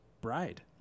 bride